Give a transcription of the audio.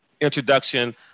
introduction